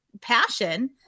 passion